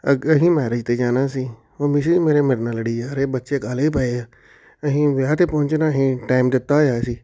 ਅਗ ਅਸੀਂ ਮੈਰਿਜ 'ਤੇ ਜਾਣਾ ਸੀ ਮੰਮੀ ਸੀਗੇ ਮੇਰੇ ਮੇਰੇ ਨਾਲ ਲੜੀ ਜਾ ਰਹੇ ਬੱਚੇ ਕਾਹਲੇ ਪਏ ਆ ਅਸੀਂ ਵਿਆਹ 'ਤੇ ਪਹੁੰਚਣਾ ਸੀ ਟਾਈਮ ਦਿੱਤਾ ਹੋਇਆ ਸੀ